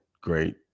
great